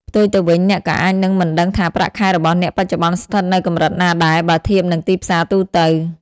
ផ្ទុយទៅវិញ អ្នកក៏អាចនឹងមិនដឹងថាប្រាក់ខែរបស់អ្នកបច្ចុប្បន្នស្ថិតនៅកម្រិតណាដែរ បើធៀបនឹងទីផ្សារទូទៅ។